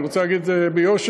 אני רוצה להגיד את זה ביושר.